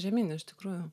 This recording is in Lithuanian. žemyn iš tikrųjų